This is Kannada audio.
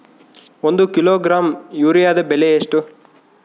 ಒಂದು ಕಿಲೋಗ್ರಾಂ ಯೂರಿಯಾದ ಬೆಲೆ ಎಷ್ಟು?